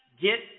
get